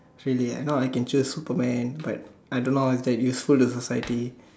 sadly I know I can choose Superman but I don't know how it is useful to society